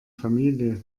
familie